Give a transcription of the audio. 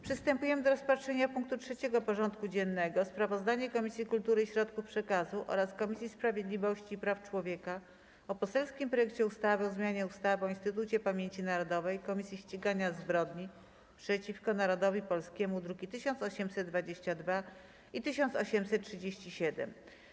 Przystępujemy do rozpatrzenia punktu 3. porządku dziennego: Sprawozdanie Komisji Kultury i Środków Przekazu oraz Komisji Sprawiedliwości i Praw Człowieka o poselskim projekcie ustawy o zmianie ustawy o Instytucie Pamięci Narodowej - Komisji Ścigania Zbrodni przeciwko Narodowi Polskiemu (druki nr 1822 i 1837)